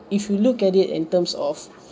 if you look at it in terms of